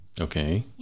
Okay